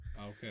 Okay